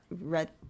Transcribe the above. red